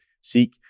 seek